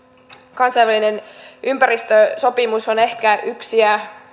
kansainvälinen ympäristösopimus on ehkä yksi